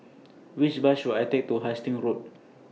Which Bus should I Take to Hastings Road